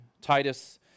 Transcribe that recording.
Titus